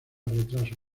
retraso